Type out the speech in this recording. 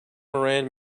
moran